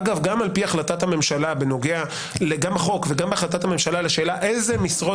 אגב גם בחוק וגם על פי החלטת הממשלה בנוגע לשאלה איזה משרות